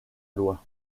loi